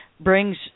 brings